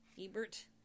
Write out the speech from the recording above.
Ebert